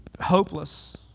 hopeless